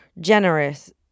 generous